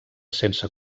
sense